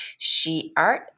SHEART